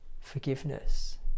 forgiveness